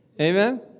amen